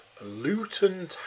Luton